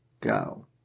go